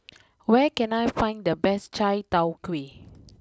where can I find the best Chai tow Kuay